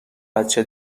بچه